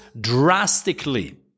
drastically